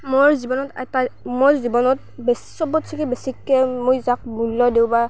মোৰ জীৱনত এটাই মই জীৱনত বেছ চবতকৈ বেছিকৈ মই যাক মূল্য দিওঁ বা